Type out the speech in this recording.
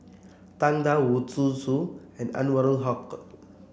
Tang Da Wu Zhu Xu and Anwarul Haque